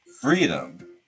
Freedom